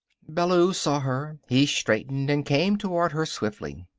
ballou saw her. he straightened and came toward her swiftly.